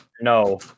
No